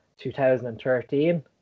2013